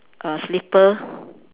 err slipper